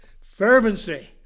Fervency